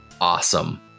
Awesome